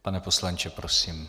Pane poslanče, prosím.